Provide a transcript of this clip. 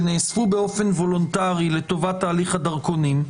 שנאספו באופן וולונטרי לטובת תהליך הדרכונים,